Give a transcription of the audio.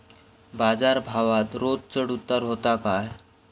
बाजार भावात रोज चढउतार व्हता काय?